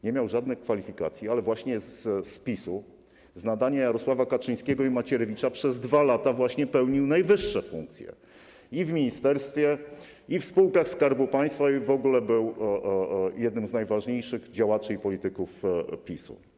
Nie miał żadnych kwalifikacji, ale właśnie z nadania PiS-u, z nadania Jarosława Kaczyńskiego i Antoniego Macierewicza, przez 2 lata pełnił najwyższe funkcje w ministerstwie i w spółkach Skarbu Państwa i w ogóle był jednym z najważniejszych działaczy i polityków PiS-u.